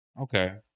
Okay